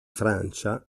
francia